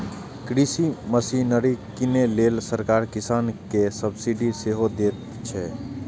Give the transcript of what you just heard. कृषि मशीनरी कीनै लेल सरकार किसान कें सब्सिडी सेहो दैत छैक